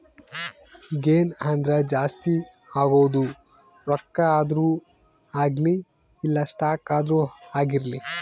gain ಅಂದ್ರ ಜಾಸ್ತಿ ಆಗೋದು ರೊಕ್ಕ ಆದ್ರೂ ಅಗ್ಲಿ ಇಲ್ಲ ಸ್ಟಾಕ್ ಆದ್ರೂ ಆಗಿರ್ಲಿ